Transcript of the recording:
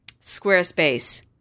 Squarespace